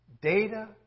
data